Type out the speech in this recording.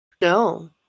No